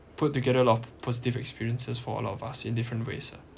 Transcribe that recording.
put together a lot positive experiences for all of us in different ways ah